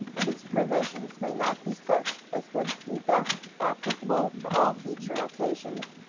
and its provisions may not be such as would be best applicable to all future occasions,